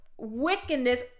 wickedness